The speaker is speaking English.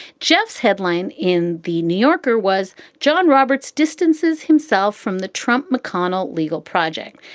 jeff's headline in the new yorker was john roberts distances himself from the trump mcconnell legal project.